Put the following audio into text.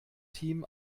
team